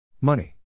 Money